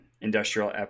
industrial